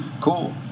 cool